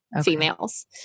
females